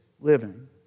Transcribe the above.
living